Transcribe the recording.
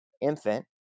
infant